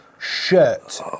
shirt